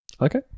Okay